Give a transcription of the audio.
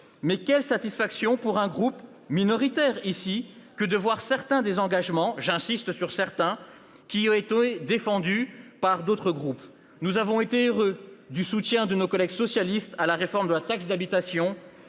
Mais quelle satisfaction pour un groupe minoritaire que de voir certains de ses engagements- j'insiste sur le mot « certains »-défendus par d'autres groupes. Nous avons été heureux du soutien de nos collègues socialistes sur la réforme de la taxe d'habitation,